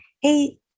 hey